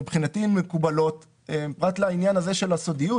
מבחינתי הן מקובלות פרט לעניין הזה של הסודיות.